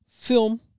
Film